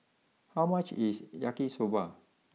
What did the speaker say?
how much is Yaki Soba